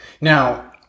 Now